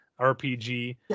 RPG